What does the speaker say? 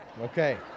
okay